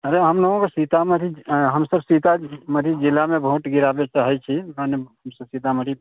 अरे हमसब सीतामढ़ी जिलामे वोट गिराबैलए चाहै छी मने सीतामढ़ी